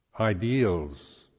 ideals